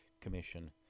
Commission